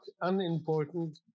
unimportant